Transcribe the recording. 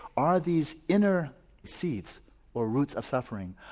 are these inner seeds or roots of suffering,